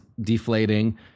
deflating